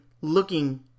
looking